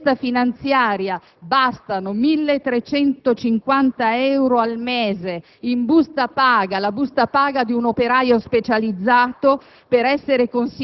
La sinistra dice che lo fa in nome di un principio di equità sociale, attraverso una redistribuzione del reddito